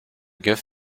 gift